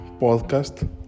podcast